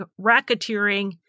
racketeering